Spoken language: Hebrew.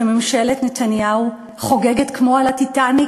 שממשלת נתניהו חוגגת כמו על ה"טיטניק"